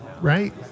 Right